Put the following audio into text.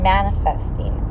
manifesting